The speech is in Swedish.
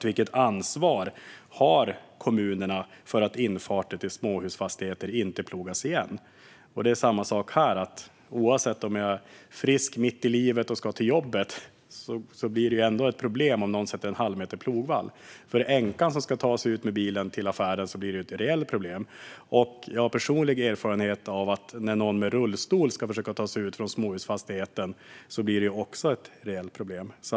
Vilket ansvar har kommunerna för att infarter till småhusfastigheter inte ska plogas igen? Det är samma sak här. Även om jag är frisk och mitt i livet blir det ett problem när jag ska till jobbet om någon lägger upp en plogvall som är en halvmeter hög. För änkan som ska ta sig med bilen till affären blir det ett reellt problem. Jag har personlig erfarenhet av att det när någon med rullstol ska försöka ta sig ut från småhusfastigheten blir ett reellt problem.